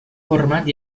format